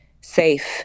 safe